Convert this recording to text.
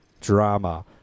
drama